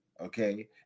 Okay